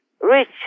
rich